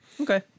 Okay